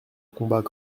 combat